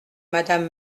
madame